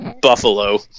Buffalo